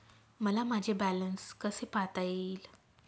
मला माझे बॅलन्स कसे पाहता येईल?